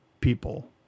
People